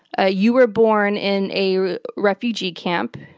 ah you were born in a refugee camp.